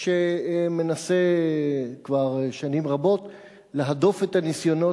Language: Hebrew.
שמנסה כבר שנים רבות להדוף את הניסיונות